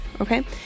okay